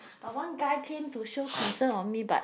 but one guy came to show concern on me but